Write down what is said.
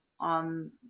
on